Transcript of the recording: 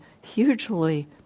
hugely